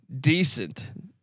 decent